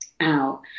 out